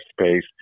space